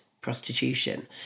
prostitution